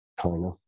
China